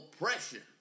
oppression